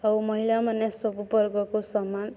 ଆଉ ମହିଳାମାନେ ସବୁ ବର୍ଗକୁ ସମାନ